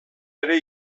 ere